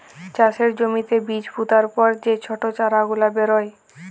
চাষের জ্যমিতে বীজ পুতার পর যে ছট চারা গুলা বেরয়